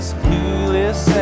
clueless